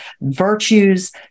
virtues